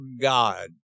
God